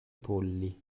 polli